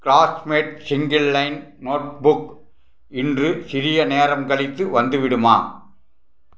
classmate single line notebook இன்று சிறிய நேரம் கழித்து வந்துவிடுமா